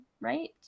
right